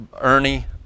Ernie